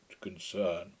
concern